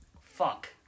fuck